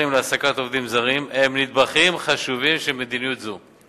להעסקת עובדים זרים הם נדבכים חשובים של מדיניות זו.